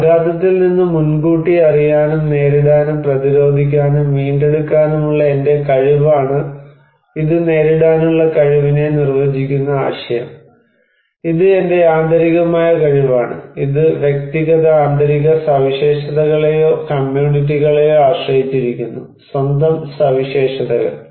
ആഘാതത്തിൽ നിന്ന് മുൻകൂട്ടി അറിയാനും നേരിടാനും പ്രതിരോധിക്കാനും വീണ്ടെടുക്കാനുമുള്ള എന്റെ കഴിവാണ് ഇത് നേരിടാനുള്ള കഴിവിനെ നിർവചിക്കുന്ന ആശയം ഇത് എന്റെ ആന്തരികമായ കഴിവാണ് ഇത് വ്യക്തിഗത ആന്തരിക സവിശേഷതകളെയോ കമ്മ്യൂണിറ്റികളെയോ ആശ്രയിച്ചിരിക്കുന്നു സ്വന്തം സവിശേഷതകൾ